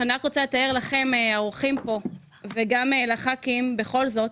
אני רק רוצה לתאר לכם האורחים פה וגם לח"כים בכל זאת,